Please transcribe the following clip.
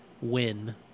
win